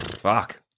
fuck